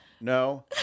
No